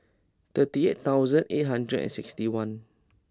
thirty eight thousand eight hundred and sixty one